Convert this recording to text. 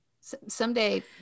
someday